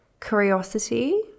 curiosity